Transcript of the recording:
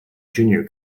junior